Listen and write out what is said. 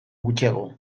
gutxiago